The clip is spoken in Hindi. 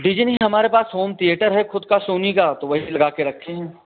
डी जे नहीं हमारे पास होम थियटर है खुद का सोनी का तो वहीं लगा के रखे हैं